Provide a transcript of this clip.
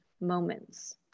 moments